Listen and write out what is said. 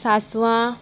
सांसवां